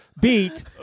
beat